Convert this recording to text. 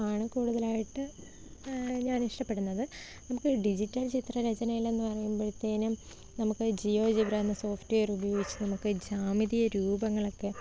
ആണ് കൂടുതലായിട്ട് ഞാനിഷ്ടപ്പെടുന്നത് നമുക്ക് ഡിജിറ്റൽ ചിത്രരചനയിൽ എന്നു പറയുമ്പത്തേനും നമുക്ക് ജിയോജിബ്ര എന്ന സോഫ്റ്റ്വെയർ ഉപയോഗിച്ച് നമുക്ക് ജാമിതീയ രൂപങ്ങൾ ഒക്കെ